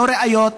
לא ראיות.